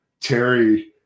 Terry